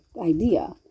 idea